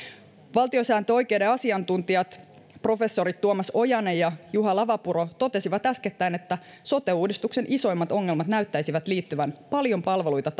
valtiosääntöoikeuden asiantuntijat professorit tuomas ojanen ja juha lavapuro totesivat äskettäin että sote uudistuksen isoimmat ongelmat näyttäisivät liittyvän paljon palveluita